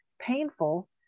painful